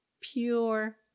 Pure